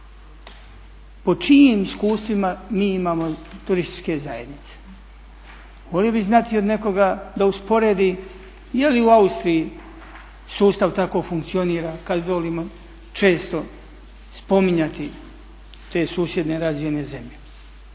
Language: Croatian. po čijim iskustvima mi imamo turističke zajednice, volio bi znati od nekoga da usporedi je li u Austriji sustav tako funkcionira kad volimo često spominjati te susjedne razvijene zemlje